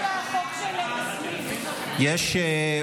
איסור על